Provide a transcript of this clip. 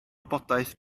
wybodaeth